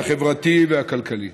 החברתי והכלכלי.